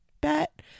bet